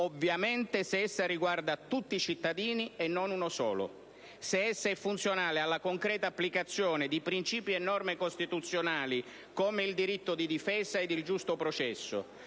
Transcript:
ovviamente se essa riguarda tutti i cittadini e non uno solo; se essa è funzionale alla concreta applicazione di principi e norme costituzionali, come il diritto di difesa ed il giusto processo;